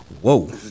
Whoa